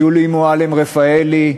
שולי מועלם-רפאלי,